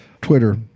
twitter